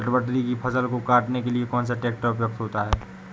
चटवटरी की फसल को काटने के लिए कौन सा ट्रैक्टर उपयुक्त होता है?